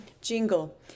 jingle